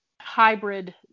hybrid